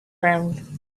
ground